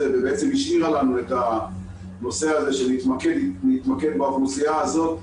ובעצם השאירה לנו את הנושא הזה של להתמקד לאוכלוסייה הזאת,